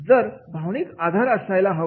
तर भावनिक आधार असायला हवा